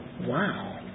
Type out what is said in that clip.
wow